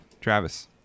Travis